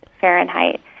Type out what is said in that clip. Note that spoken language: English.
fahrenheit